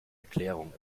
erklärung